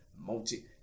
multi-